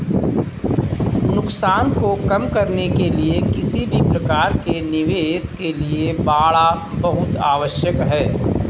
नुकसान को कम करने के लिए किसी भी प्रकार के निवेश के लिए बाड़ा बहुत आवश्यक हैं